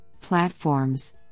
platforms